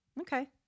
Okay